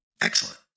Excellent